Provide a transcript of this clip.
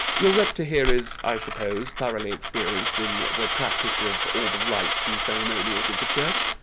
your rector here is, i suppose, thoroughly experienced in the practice of all the rites and ceremonials of the church?